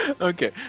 Okay